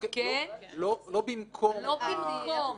לא במקום.